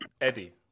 Eddie